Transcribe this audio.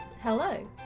Hello